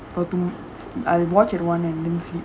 இன்னைக்கு:innaikku I watch at one and didn't sleep